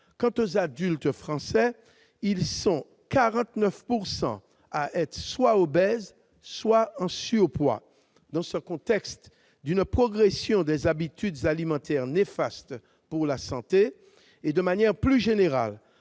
quant aux adultes français, ils sont 49 % à être obèses ou en surpoids. Dans ce contexte d'une progression des habitudes alimentaires néfastes pour la santé et, de manière plus générale,